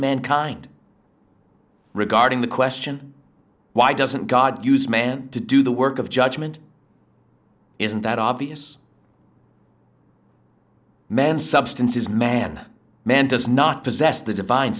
mankind regarding the question why doesn't god use man to do the work of judgment isn't that obvious men substance is man man does not possess the divine